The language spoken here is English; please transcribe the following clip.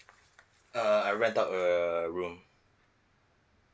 err I rent out a room